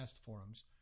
forums